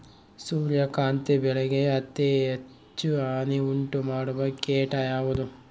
ಸೂರ್ಯಕಾಂತಿ ಬೆಳೆಗೆ ಅತೇ ಹೆಚ್ಚು ಹಾನಿ ಉಂಟು ಮಾಡುವ ಕೇಟ ಯಾವುದು?